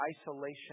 isolation